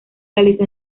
realizó